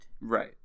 Right